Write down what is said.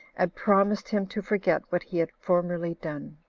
and promised him to forget what he had formerly done.